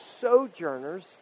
sojourners